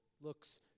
looks